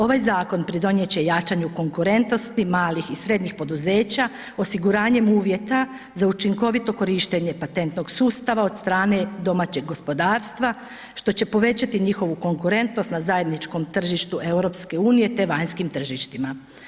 Ovaj zakon pridonijet će jačanju konkurentnosti malih i srednjih poduzeća osiguravanjem uvjeta za učinkovito korištenje patentnog sustava od strane domaćeg gospodarstva što će povećati njihovu konkurentnost na zajedničkom tržištu EU te vanjskim tržištima.